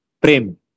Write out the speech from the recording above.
Prem